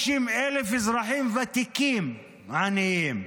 160,000 אזרחים ותיקים עניים.